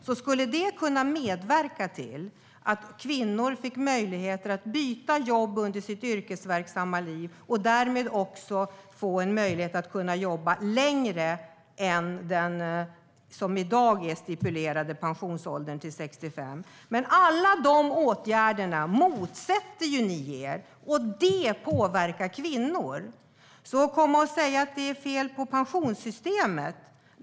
Det skulle kunna medverka till att kvinnor fick möjligheter att byta jobb under sitt yrkesverksamma liv och därmed också få en möjlighet att kunna jobba längre än till den i dag stipulerade pensionsåldern på 65 år. Alla de åtgärderna motsätter ni er. Det påverkar kvinnor. Ni kommer och säger att det är fel på pensionssystemet.